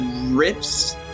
rips